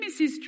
Mrs